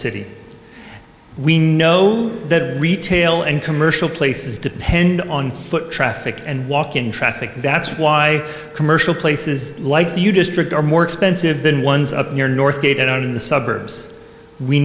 city we know that retail and commercial places depend on foot traffic and walking traffic that's why commercial places like the u district are more expensive than ones up near north gate and out in the suburbs we